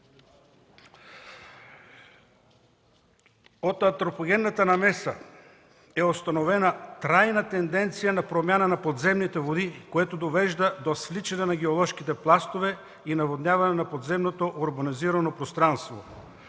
От антропогенната намеса е установена трайна тенденция на промяна на подземните води, което довежда до свличане на геоложките пластове и наводняване на подземното урбанизирано пространство.